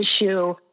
issue